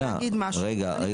לא